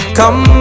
come